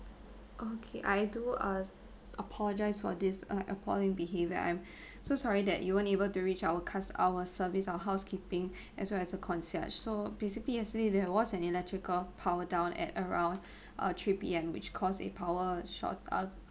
okay I do uh apologise for this uh appalling behaviour I'm so sorry that you weren't able to reach our cus~ our service our housekeeping as well as a concierge so basically yesterday there was an electrical power down at around uh three P_M which caused a power short uh